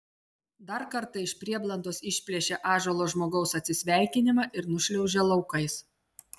dar kartą iš prieblandos išplėšia ąžuolo žmogaus atsisveikinimą ir nušliaužia laukais